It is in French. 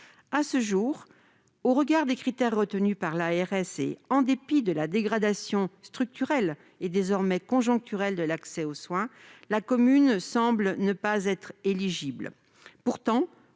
À ce jour, au regard des critères retenus par l'ARS et en dépit de la dégradation structurelle et désormais conjoncturelle de l'accès aux soins, la commune semble ne pas être éligible. Pourtant,